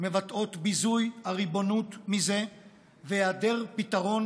מבטאות ביזוי של הריבונות מזה והיעדר פתרון